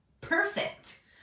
Perfect